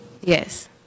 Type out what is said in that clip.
Yes